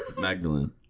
Magdalene